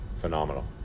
phenomenal